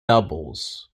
doubles